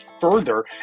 further